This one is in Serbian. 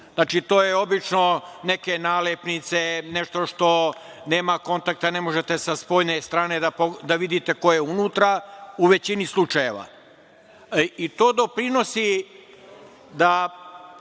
i to je obično neke nalepnice, nešto što nema kontakta, ne možete sa spoljne strane da vidite ko je unutra u većini slučajeva. To doprinosi da